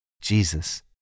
Jesus